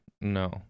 no